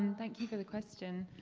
and thank you for the question.